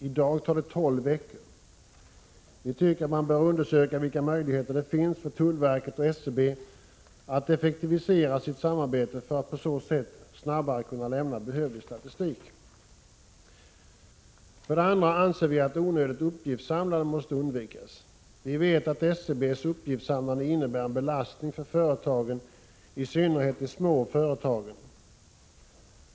I dag tar det tolv veckor. Vi anser att det bör undersökas vilka möjligheter som finns för tullverket och SCB att effektivisera sitt samarbete för att på så sätt snabbare kunna lämna behövlig statistik. För det andra anser vi att onödigt uppgiftsinsamlande måste undvikas. Vi vet att SCB:s uppgiftsinsamlande innebär en belastning för företagen, i synnerhet de små företagen.